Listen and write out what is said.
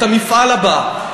את המפעל הבא.